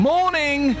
Morning